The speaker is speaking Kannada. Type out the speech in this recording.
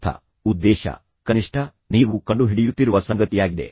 ಅರ್ಥ ಕನಿಷ್ಠ ಉದ್ದೇಶ ಕನಿಷ್ಠ ನೀವು ಕಂಡುಹಿಡಿಯುತ್ತಿರುವ ಸಂಗತಿಯಾಗಿದೆ